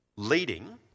leading